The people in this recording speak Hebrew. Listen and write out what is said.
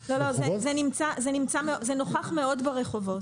לא, זה נוכח מאוד ברחובות.